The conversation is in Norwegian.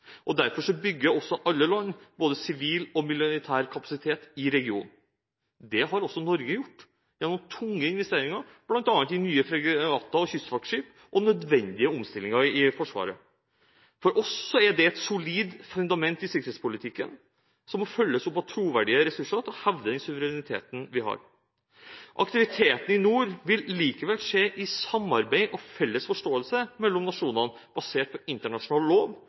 Derfor bygger også alle land både sivil og militær kapasitet i regionen. Det har også Norge gjort, gjennom tunge investeringer bl.a. i nye fregatter og kystvaktskip og nødvendige omstillinger i Forsvaret. For oss er det et solid fundament i sikkerhetspolitikken som må følges opp av troverdige ressurser til å hevde den suvereniteten vi har. Aktiviteten i nord vil likevel skje i samarbeid og felles forståelse med nasjonene basert på internasjonal lov,